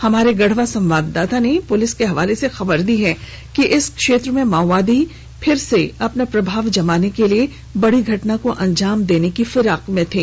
हमारे गढ़वा संवाददाता ने पुलिस के हवाले से खबर दी है कि इस क्षेत्र में माओवादी अपना फिर से प्रभाव जमाने के लिये बड़ी घटना को अंजाम देने की फिराक में थे